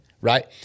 right